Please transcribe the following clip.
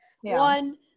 one